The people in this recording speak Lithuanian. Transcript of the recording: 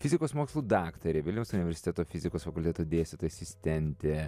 fizikos mokslų daktarė vilniaus universiteto fizikos fakulteto dėstytoja asistentė